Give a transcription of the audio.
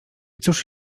cóż